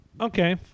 okay